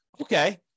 Okay